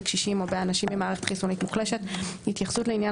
בקשישים או באנשים עם מערכת חיסונית מוחלשת: התייחסות לעניין